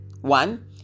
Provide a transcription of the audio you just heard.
one